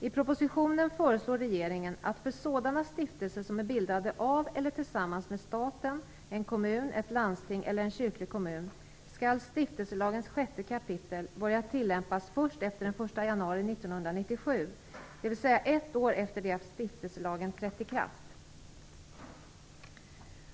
I propositionen föreslår regeringen att för sådana stiftelser som är bildade av eller tillsammans med staten, en kommun, ett landsting eller en kyrklig kommun skall stiftelselagens 6 kap. börja tillämpas först efter den 1 januari 1997, dvs. ett år efter det att stiftelselagen trätt i kraft.